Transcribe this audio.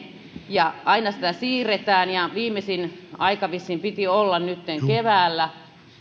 ja aina sitä siirretään viimeisin aika vissiin piti olla nytten keväällä